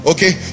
Okay